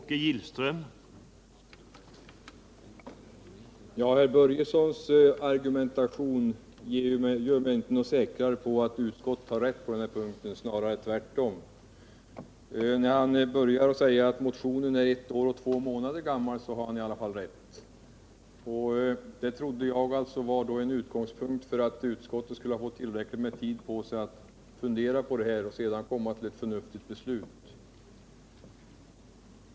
Herr talman! Herr Börjessons argumentation gör mig inte säkrare på att utskottet har rätt på denna punkt — snarare tvärtom. När han påstår att motionen är ett år och två månader gammal, har han i alla fall rätt. Då trodde jagatt utskottet skulle ha haft tillräckligt med tid på sig för att fundera på detta och komma till ett förnuftigt beslut.